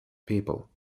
people